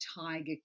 tiger